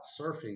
surfing